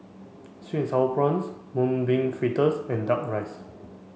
sweet and sour prawns mung bean fritters and duck rice